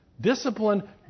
Discipline